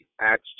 Acts